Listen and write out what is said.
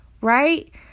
Right